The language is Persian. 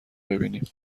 بیینیم